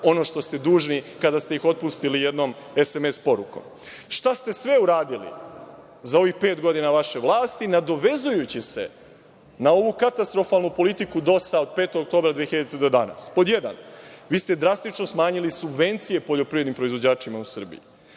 ono što ste dužni kada ste ih otpustili jednom SMS-om porukom? Šta ste sve uradili za ovih pet godina vaše vlasti, nadovezujući se na ovu katastrofalnu politiku DOS od 5. oktobra 2000. godine do danas? Pod jedan – vi ste drastično smanjili subvencije poljoprivrednim proizvođačima u Srbiji,